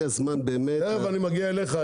תיכף אני מגיע אליך,